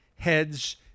Heads